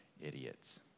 idiots